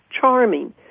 charming